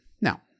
Now